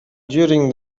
during